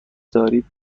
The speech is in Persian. دارید